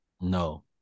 No